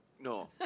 No